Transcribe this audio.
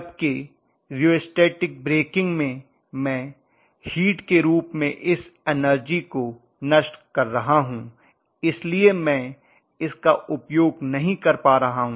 जबकि rheostatic braking में मैं हीट के रूप में इस एनर्जी को नष्ट कर रहा हूं इसलिए मैं इसका उपयोग नहीं कर पा हूं